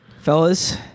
fellas